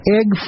Egg